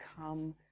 come